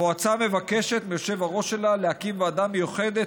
המועצה מבקשת מהיושב-ראש שלה להקים ועדה מיוחדת,